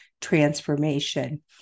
transformation